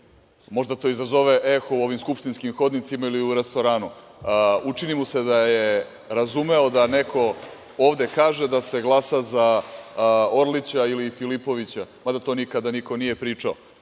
možda to izazove eho u ovim skupštinskim hodnicima ili u restoranu. Učini mu se da je razumeo da neko ovde kaže da se glasa za Orlića ili Filipovića, mada to nikada niko nije